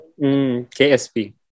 KSP